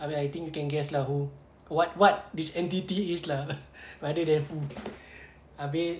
I mean I think you can guess lah who what what this entity is lah rather than who abeh